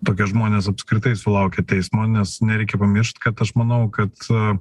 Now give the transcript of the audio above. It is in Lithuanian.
tokie žmonės apskritai sulaukia teismo nes nereikia pamiršt kad aš manau kad